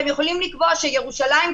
הם יכולים לקבוע שירושלים,